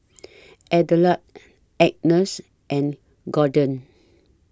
Adelard Agnes and Gordon